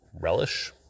relish